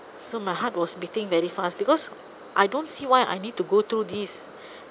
so my heart was beating very fast because I don't see why I need to go through this